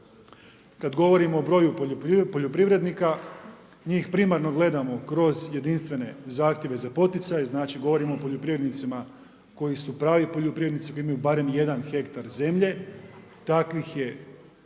kada govorimo o broju poljoprivrednika, njih primarno gledamo kroz jedinstvene zahtjeve za poticaj, znači govorimo o poljoprivrednicima koji su pravi poljoprivrednici koji imaju barem 1 hektar zemlje, takvih je